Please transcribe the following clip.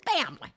family